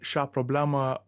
šią problemą